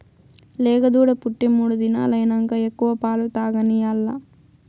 లేగదూడ పుట్టి మూడు దినాలైనంక ఎక్కువ పాలు తాగనియాల్ల